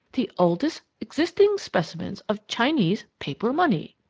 the oldest existing specimens of chinese paper money!